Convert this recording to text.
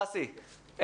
דסי,